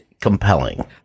compelling